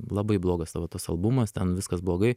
labai blogas tavo tas albumas ten viskas blogai